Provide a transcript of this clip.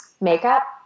Makeup